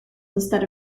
instead